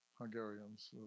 Hungarians